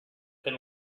them